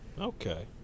Okay